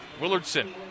Willardson